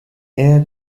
era